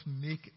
make